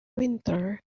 winter